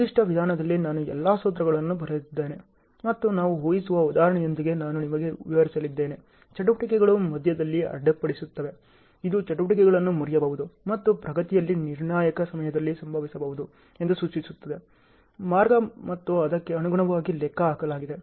ನಿರ್ದಿಷ್ಟ ವಿಧಾನದಲ್ಲಿ ನಾನು ಎಲ್ಲಾ ಸೂತ್ರಗಳನ್ನು ಬರೆದಿದ್ದೇನೆ ಮತ್ತು ನಾವು ಊಹಿಸುವ ಉದಾಹರಣೆಯೊಂದಿಗೆ ನಾನು ನಿಮಗೆ ವಿವರಿಸಲಿದ್ದೇನೆ ಚಟುವಟಿಕೆಗಳು ಮಧ್ಯದಲ್ಲಿ ಅಡ್ಡಿಪಡಿಸುತ್ತವೆ ಇದು ಚಟುವಟಿಕೆಗಳನ್ನು ಮುರಿಯಬಹುದು ಮತ್ತು ಪ್ರಗತಿಯಲ್ಲಿ ನಿರ್ಣಾಯಕ ಸಮಯದಲ್ಲಿ ಸಂಭವಿಸಬಹುದು ಎಂದು ಸೂಚಿಸುತ್ತದೆ ಮಾರ್ಗ ಮತ್ತು ಅದಕ್ಕೆ ಅನುಗುಣವಾಗಿ ಲೆಕ್ಕಹಾಕಲಾಗಿದೆ